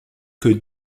que